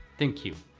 thank you!